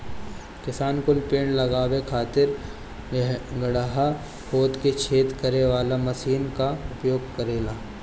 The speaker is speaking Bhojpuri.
किसान कुल पेड़ लगावे खातिर गड़हा खोदे में छेद करे वाला मशीन कअ उपयोग करेलन